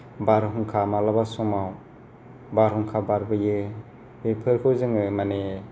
बारहुंखा माब्लाबा समाव बारहुंखा बारबोयो बेफोरखौ जोङो माने